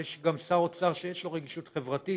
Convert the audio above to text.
ויש גם שר אוצר שיש לו רגישות חברתית,